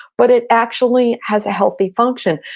but it actually has a healthy function.